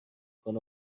کند